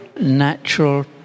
natural